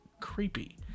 creepy